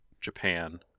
Japan